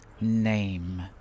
name